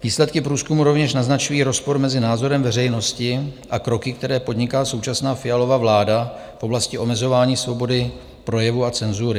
Výsledky průzkumu rovněž naznačují rozpor mezi názorem veřejnosti a kroky, které podniká současná Fialova vláda v oblasti omezování svobody projevu a cenzury.